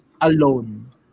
alone